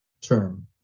term